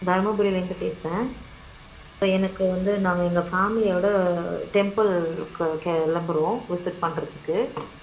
தருமபுரிலிருந்து பேசறேன் இப்போ எனக்கு வந்து நாங்கள் எங்கள் ஃபேமிலியோட டெம்பிளுக்கு கிளம்புறோம் விசிட் பண்றத்துக்கு